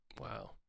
Wow